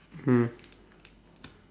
mm